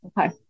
Okay